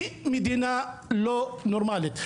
היא מדינה לא נורמלית.